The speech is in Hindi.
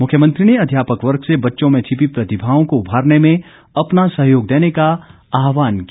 मुख्यमंत्री ने अध्यापक वर्ग से बच्चों में छिपी प्रतिभाओं को उभारने में अपना सहयोग देने का आहवान किया